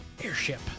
Airship